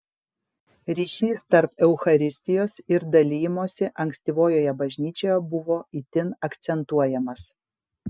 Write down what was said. ryšys tarp eucharistijos ir dalijimosi ankstyvojoje bažnyčioje buvo itin akcentuojamas